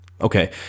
Okay